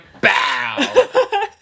bow